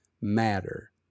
matter